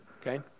Okay